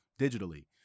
digitally